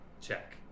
check